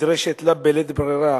נדרשת לה בלית ברירה.